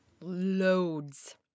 Loads